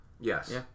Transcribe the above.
yes